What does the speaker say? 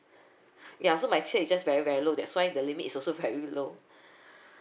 ya so my tier is just very very low that's why the limit is also very low